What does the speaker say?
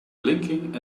blinking